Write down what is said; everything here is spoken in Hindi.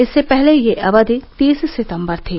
इससे पहले यह अवधि तीस सितम्बर थी